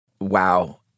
Wow